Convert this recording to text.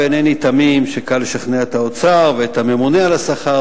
ואינני תמים לחשוב שקל לשכנע את האוצר ואת הממונה על השכר,